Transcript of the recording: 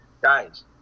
guys